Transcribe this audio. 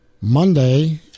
Monday